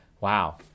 wow